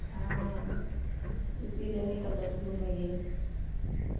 हँ इसिलिए निकलल छी घुमैए लऽ